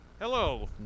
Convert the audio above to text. Hello